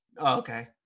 okay